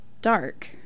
dark